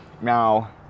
Now